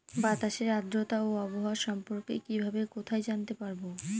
বাতাসের আর্দ্রতা ও আবহাওয়া সম্পর্কে কিভাবে কোথায় জানতে পারবো?